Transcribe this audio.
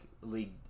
League